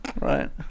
Right